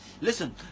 Listen